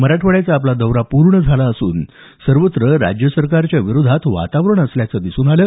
मराठवाड्याचा आपला दौरा पूर्ण झाला असून सर्वत्र राज्य सरकारच्या विरोधात वातावरण असल्याचं दिसून आलं